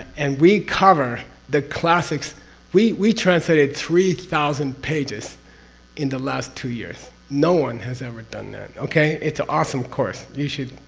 and we cover the classics we we translated three thousand pages in the last two years. no one has ever done that okay? it's an awesome course, you should.